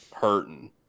hurting